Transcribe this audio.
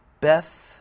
Beth